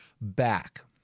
back